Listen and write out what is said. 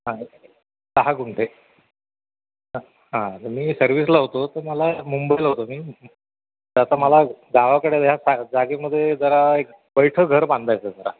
हां सहा गुंठे हां मी सर्विसला होतो तर मला मुंबईला होतो मी आता मला गावाकडे ह्या सा जा जागेमध्ये जरा एक बैठं घर बांधायचं जरा